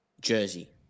jersey